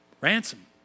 Ransom